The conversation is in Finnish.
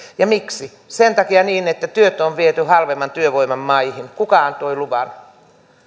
miksi sen takia että työt on viety halvemman työvoiman maihin kuka antoi luvan